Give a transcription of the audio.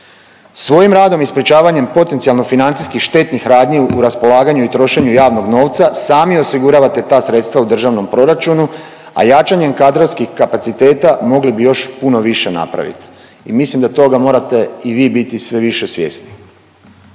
Svojim radom i sprječavanjem potencijalno financijskih štetnih radnji u raspolaganju i trošenju javnog novca sami osiguravate ta sredstva u državnom proračunu, a jačanjem kadrovskih kapaciteta mogli bi još puno više napraviti. I mislim da toga morate i vi biti sve više svjesni.